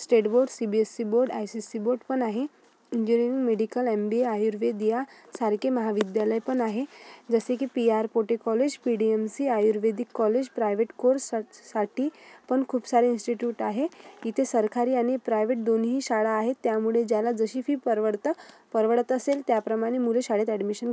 state board C B S E board I C S E board पण आहे engineering medical M B A Ayurveda यासारखे महाविद्यालय पण आहे जसे की P R Pote college P D M C Ayurvedic college private कोर्ससाठी पण खूप सारे इन्स्टिट्यूट आहे इथे सरकारी आणि प्रायव्हेट दोन्हीही शाळा आहेत त्यामुळे ज्याला जशी फी परवडतं परवडत असेल त्याप्रमाणे मुलं शाळेत ॲडमिशन घे